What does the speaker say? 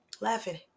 laughing